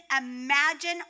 imagine